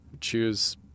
choose